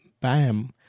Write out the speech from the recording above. bam